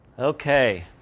Okay